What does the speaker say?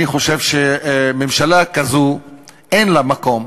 אני חושב שממשלה כזאת אין לה מקום,